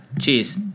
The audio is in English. Cheers